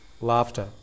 laughter